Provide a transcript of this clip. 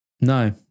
No